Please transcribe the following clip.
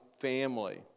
family